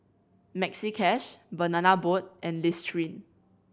Maxi Cash Banana Boat and Listerine